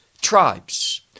tribes